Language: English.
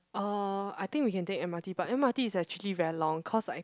uh I think we can take m_r_t but m_r_t is actually very long cause I